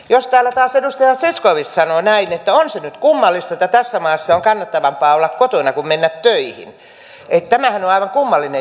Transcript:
jos täällä taas edustaja zyskowicz sanoo näin että on se nyt kummallista että tässä maassa on kannattavampaa olla kotona kuin mennä töihin että tämähän on aivan kummallinen juttu